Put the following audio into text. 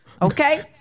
Okay